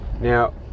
Now